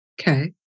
Okay